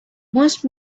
most